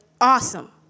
awesome